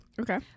Okay